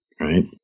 right